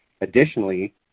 additionally